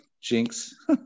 jinx